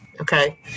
Okay